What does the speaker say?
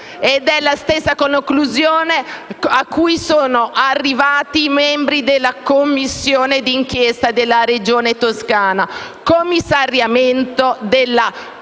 È la stessa conclusione cui sono arrivati i membri della commissione d'inchiesta della Regione Toscana: commissariamento della cooperativa